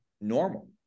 normal